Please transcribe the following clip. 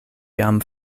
jam